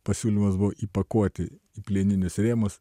pasiūlymas buvo įpakuoti į plieninius rėmus